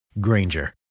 Granger